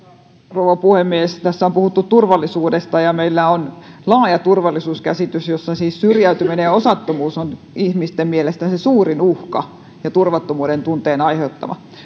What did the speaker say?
rouva puhemies tässä on puhuttu turvallisuudesta ja meillä on laaja turvallisuuskäsitys jossa siis syrjäytyminen ja osattomuus on ihmisten mielestä se suurin uhka ja turvattomuuden tunteen aiheuttaja